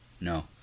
No